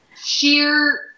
Sheer